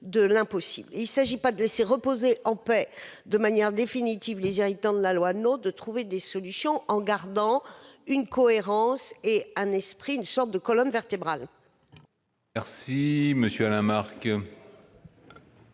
de l'impossible. Il s'agit non pas de laisser reposer en paix de manière définitive les irritants de la loi NOTRe, mais de trouver des solutions en gardant une cohérence et une sorte de colonne vertébrale.